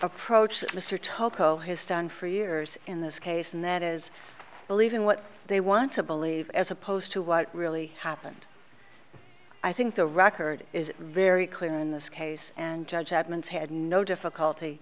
approach that mr taco has done for years in this case and that is believing what they want to believe as opposed to what really happened i think the record is very clear in this case and judge adman's had no difficulty